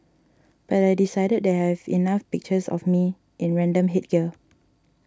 but I decided that I have enough pictures of me in random headgear